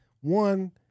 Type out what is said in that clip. one